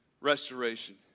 restoration